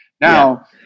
Now